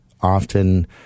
often